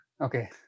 Okay